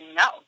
no